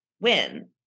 win